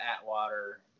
Atwater –